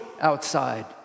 outside